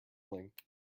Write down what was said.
length